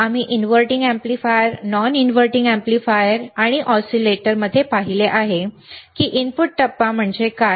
आम्ही inverting amplifier non inverting amplifier आणि ऑसिलेटरमध्ये पाहिले आहे की इनपुट टप्पा म्हणजे काय